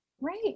right